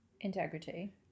integrity